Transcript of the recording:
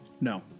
No